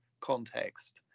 context